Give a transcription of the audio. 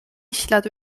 śladu